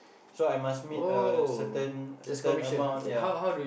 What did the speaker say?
so I must meet a certain certain amount